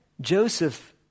Joseph